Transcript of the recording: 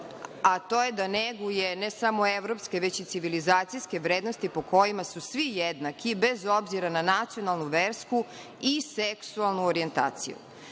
a to je da neguje ne samo evropske, već i civilizacijske vrednosti po kojima su svi jednaki, bez obzira na nacionalnu, versku i seksualnu orijentaciju.(Marijan